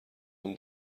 اون